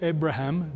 Abraham